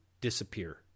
disappear